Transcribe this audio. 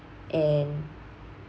and